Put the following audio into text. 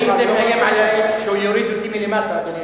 יועץ המלך הוא יהודי, יש שרים יהודים.